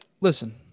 listen